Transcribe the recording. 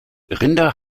rinder